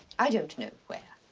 i don't know where.